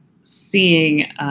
seeing